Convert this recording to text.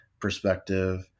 perspective